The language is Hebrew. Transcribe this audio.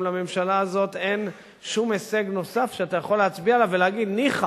גם לממשלה הזאת אין שום הישג נוסף שאתה יכול להצביע עליו ולומר: ניחא,